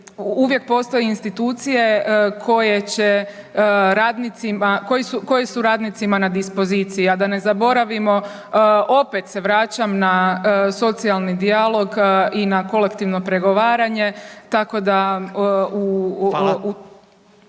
koje će radnicima, koje su radnicima na dispoziciji. A da ne zaboravimo opet se vraćam na socijalni dijalog i na kolektivno pregovaranje tako